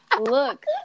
look